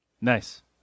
Nice